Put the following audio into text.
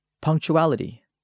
punctuality